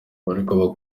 bariko